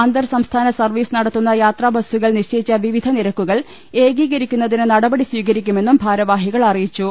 അന്തർ സംസ്ഥാന സർവീസ് നടത്തുന്ന യാത്രാബസ്സുകൾ നിശ്ച യിച്ച വിവിധ നിരക്കുകൾ ഏകീകരിക്കുന്നതിന് നടപടി സ്വീകരി ക്കുമെന്നും ഭാരവാഹികൾ അറിയിച്ചു